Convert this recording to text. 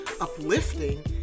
uplifting